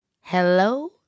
Hello